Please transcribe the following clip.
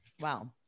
Wow